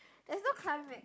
there's no climax